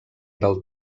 del